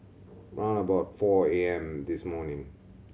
round about four A M this morning